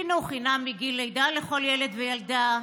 חינוך חינם מגיל לידה לכל ילד וילדה,